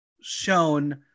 shown